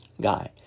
Guy